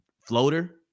floater